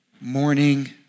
Morning